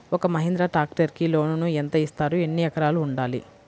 ఒక్క మహీంద్రా ట్రాక్టర్కి లోనును యెంత ఇస్తారు? ఎన్ని ఎకరాలు ఉండాలి?